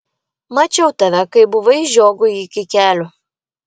mačiau tave kai buvai žiogui iki kelių